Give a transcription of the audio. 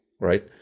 right